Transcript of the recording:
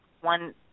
one